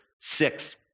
six